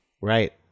Right